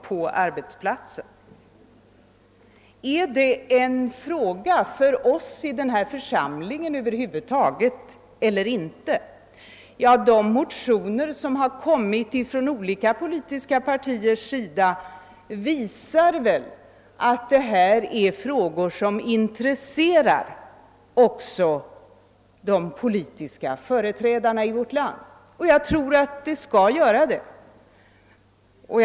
Är detta över huvud taget en fråga för oss i denna församling eller inte? De motioner som framlagts från olika politiska partiers sida visar att dessa frågor intresserar också de politiska företrädarna i vårt land, och jag tror att så bör vara fallet.